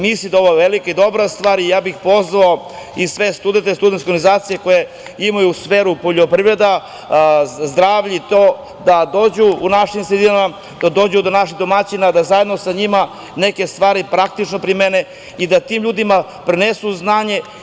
Mislim da je ovo velika i dobra stvar i pozvao bih i sve studente, studentske organizacije koje imaju smer poljoprivreda, zdravlje, da dođu u naše sredine, da dođu kod naših domaćina, da zajedno sa njima neke stvari praktično primene i da tim ljudima prenesu znanje.